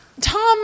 Tom